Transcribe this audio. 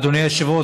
אדוני היושב-ראש,